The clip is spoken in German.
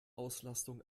auslastung